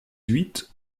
huit